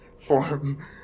form